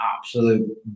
absolute